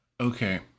Okay